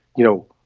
you know,